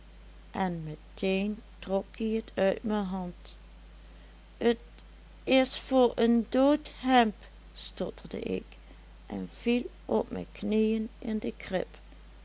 en meteen trok ie t uit me hand t is voor een doodhemd stotterde ik en viel op me knieën in de